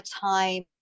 time